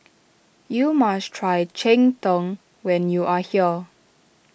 you must try Cheng Tng when you are here